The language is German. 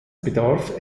bedarf